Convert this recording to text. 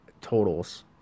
totals